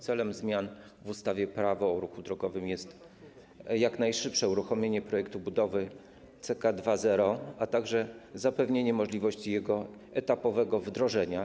Celem zmian w ustawie - Prawo o ruchu drogowym jest jak najszybsze uruchomienie projektu budowy CEK 2.0, a także zapewnienie możliwości jego etapowego wdrożenia.